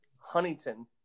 Huntington